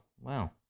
wow